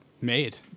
Made